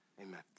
Amen